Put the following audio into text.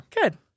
Good